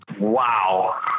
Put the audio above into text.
Wow